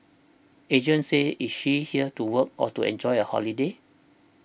Agent says is she here to work or to enjoy a holiday